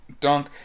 dunk